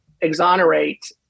exonerate